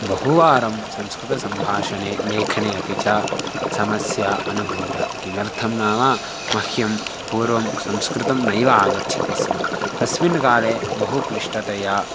बहुवारं संस्कृतसम्भाषणे लेखने अपि च समस्या अनुभूता किमर्थं नाम मह्यं पूर्वं संस्कृतं नैव आगच्छति स्म तस्मिन् काले बहु क्लिष्टतया